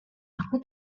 aku